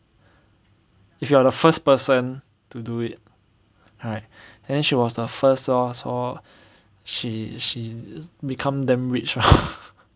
if you are the first person to do it high and then she was the first source lor she she become damn rich lor